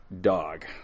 dog